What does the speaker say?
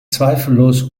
zweifellos